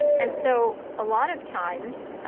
and so, a lot of times,